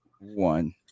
one